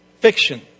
fiction